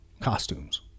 Costumes